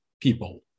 people